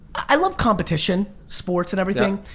i love competition, sports and everything.